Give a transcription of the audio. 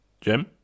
Jim